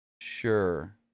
Sure